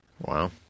Wow